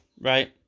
right